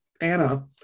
Anna